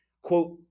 Quote